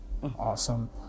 Awesome